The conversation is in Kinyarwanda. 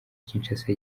kinshasa